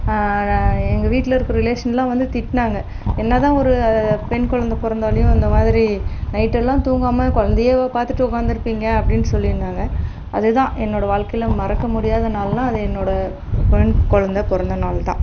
நான் எங்கள் வீட்டில இருக்கிற ரிலேஷன்லாம் வந்து திட்டினாங்க என்ன தான் ஒரு பெண் குழந்த பிறந்தாலியும் இந்தமாதிரி நைட் எல்லாம் தூங்காமல் குழந்தையேவா பார்த்துட்டு உட்காந்துருப்பீங்க அப்படின்னு சொல்லி இருந்தாங்க அதுதான் என்னோட வாழ்க்கையில் மறக்க முடியாத நாள்னா அது என்னோட பெண் குழந்த பிறந்த நாள் தான்